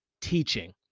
teaching